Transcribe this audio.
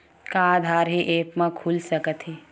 का आधार ह ऐप म खुल सकत हे?